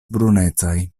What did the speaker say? brunecaj